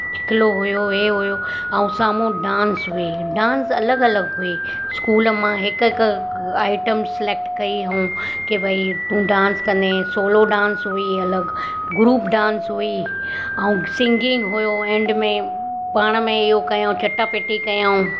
चिकलो हुयो हे हुयो ऐं साम्हूं डांस बि डांस अलॻि अलॻि हुई स्कूल मां हिकु हिकु आइटम सलैक्ट कई हुयूं के भाई तू डांस कंदे सोलो डांस हुई अलॻि ग्रुप डांस हुई ऐं सिंगिंग हुयो एंड में पाण में इहो कयो चटाभेटी कयूं